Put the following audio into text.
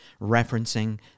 referencing